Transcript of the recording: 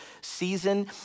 season